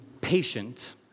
patient